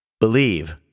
Believe